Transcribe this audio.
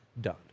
Done